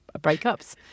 breakups